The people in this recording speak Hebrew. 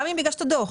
גם אם הגשת דוח.